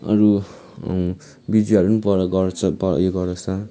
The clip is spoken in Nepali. अरू बिजुवाहरू पनि पढ् गर्छ प उयो गराउँछ